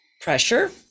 pressure